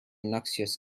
noxious